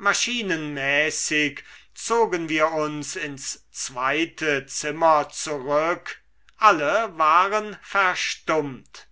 maschinenmäßig zogen wir uns ins zweite zimmer zurück alle waren verstummt